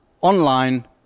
online